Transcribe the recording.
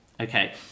Okay